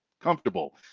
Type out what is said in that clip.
comfortable